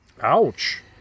Ouch